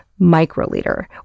microliter